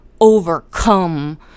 overcome